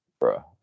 bruh